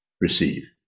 receive